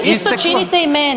Isto činite i meni.